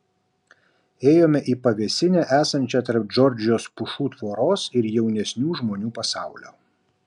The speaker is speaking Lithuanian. ėjome į pavėsinę esančią tarp džordžijos pušų tvoros ir jaunesnių žmonių pasaulio